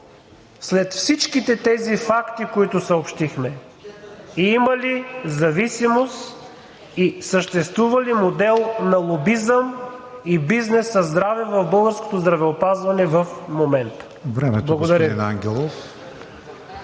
след всичките тези факти, които съобщихме, има ли зависимост и съществува ли модел на лобизъм и бизнес със здраве в българското здравеопазване в момента? Благодаря Ви.